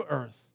earth